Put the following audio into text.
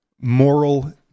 moral